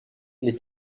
les